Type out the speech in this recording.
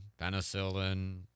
penicillin